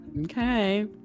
Okay